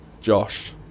Josh